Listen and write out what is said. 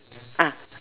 ah